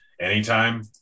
Anytime